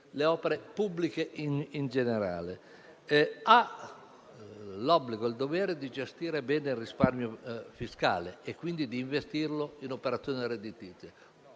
le opere pubbliche in generale. Essa ha l'obbligo e il dovere di gestire bene il risparmio fiscale e, quindi, di investirlo in operazioni redditizie.